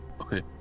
Okay